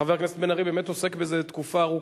חבר הכנסת בן-ארי באמת עוסק בזה תקופה ארוכה.